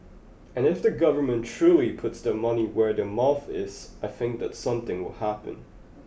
and if the government truly puts the money where their mouth is I think that something will happen